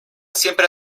siempre